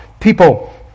people